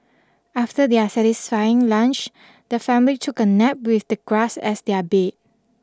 after their satisfying lunch the family took a nap with the grass as their bed